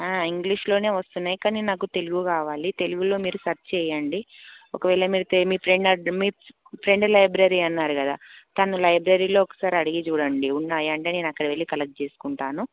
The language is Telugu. ఇంగ్లీష్లో వస్తున్నాయి కానీ నాకు తెలుగు కావాలి తెలుగులో మీరు సెర్చ్ చేయండి ఒకవేళ మీ ఫ్రెండ్ మీ ఫ్రెండ్ లైబ్రరీ అన్నారు కదా తన లైబ్రరీలో ఒకసారి అడిగి చూడండి ఉన్నాయంటే నేను అక్కడికి వెళ్ళి కలెక్ట్ చేసుకుంటాను